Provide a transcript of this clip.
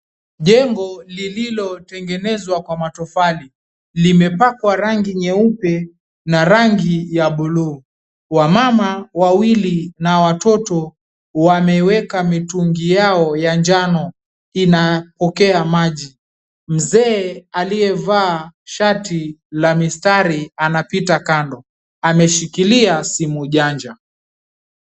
Jengo lililotengenezwa kwa matofali limepakwa rangi nyeupe na rangi ya buluu. Wamama wawili na watoto wameweka mitungi yao ya njano inapokea maji. Mzee aliyevaa shati la mistari anapita kando ameshikilia simu janja.